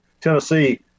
Tennessee